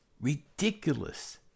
Ridiculous